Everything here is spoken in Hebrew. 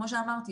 כמו אמרתי,